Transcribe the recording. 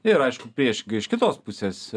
ir aišku priešingai iš kitos pusės